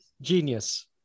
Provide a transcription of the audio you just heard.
genius